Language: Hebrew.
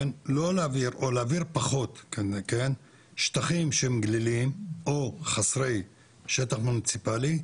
לא להעביר או להעביר פחות שטחים שהם גליליים או חסרי שטח מוניציפאלי